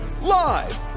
live